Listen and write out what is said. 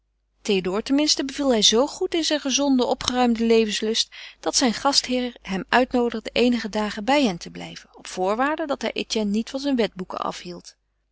théodore ten minste beviel hij zoo goed in zijn gezonden opgeruimden levenslust dat zijn gastheer hem uitnoodigde eenige dagen bij hen te blijven op voorwaarde dat hij etienne niet van zijn wetboeken afhield